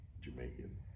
Jamaican